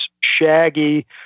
shaggy